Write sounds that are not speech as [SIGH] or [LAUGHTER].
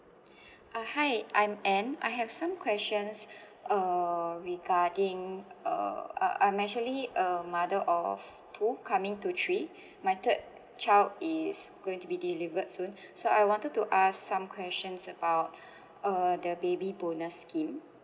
[BREATH] uh hi I'm anne I have some questions [BREATH] uh regarding uh I'm actually a mother of two coming to three [BREATH] my third child is going to be delivered soon [BREATH] so I wanted to ask some questions about [BREATH] uh the baby bonus scheme